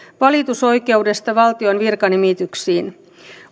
valitusoikeudesta valtion virkanimityksiin